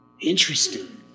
Interesting